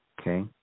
Okay